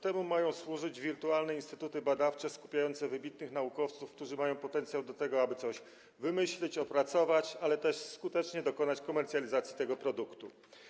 Temu mają służyć wirtualne instytuty badawcze skupiające wybitnych naukowców, którzy mają potencjał, aby coś wymyślić, opracować, ale też skutecznie dokonać komercjalizacji tego produktu.